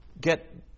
get